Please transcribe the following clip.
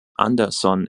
andersson